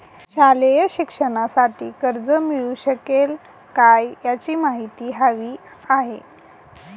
शालेय शिक्षणासाठी कर्ज मिळू शकेल काय? याची माहिती हवी आहे